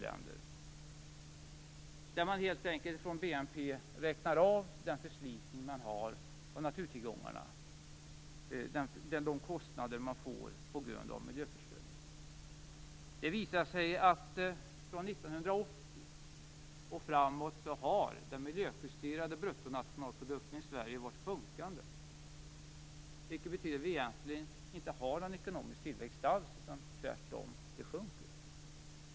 Man räknar helt enkelt av från BNP den förslitning man har av naturtillgångarna, de kostnader man får på grund av miljöförstöring. Det visar sig att från 1980 och framåt har den miljöjusterade bruttonationalprodukten i Sverige varit sjunkande, vilket betyder att vi egentligen inte har någon ekonomisk tillväxt alls. Tvärtom, den sjunker.